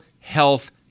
health